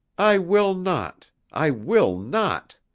i will not i will not!